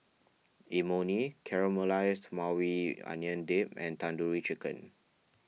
Imoni Caramelized Maui Onion Dip and Tandoori Chicken